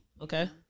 Okay